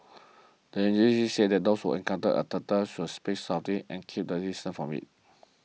the agencies said those who encounter a turtle should speak softly and keep their distance from it